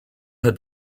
had